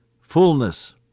fullness